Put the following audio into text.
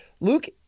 Luke